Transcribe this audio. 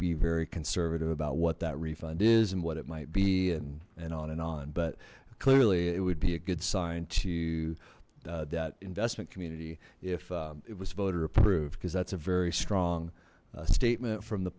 be very conservative about what that refund is and what it might be and and on and on but clearly it would be a good sign to that investment community if it was voter approved because that's a very strong statement from the